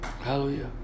Hallelujah